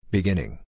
Beginning